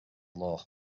law